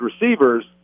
receivers